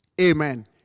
Amen